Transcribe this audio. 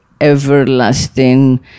everlasting